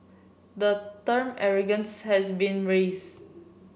the term arrogance has been raised